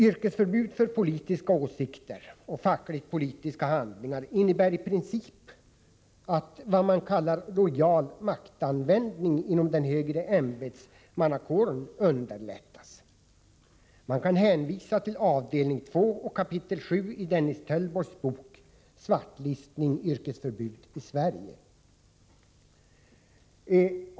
Yrkesförbud för politiska åsikter och fackliga politiska handlingar innebär i princip att vad man kallar lojal maktanvändning inom den högre ämbetsmannakåren underlättas. Jag kan hänvisa till avdelning 2, kap. 7, i Dennis Töllborgs bok ”Svartlistning — yrkesförbud i Sverige”.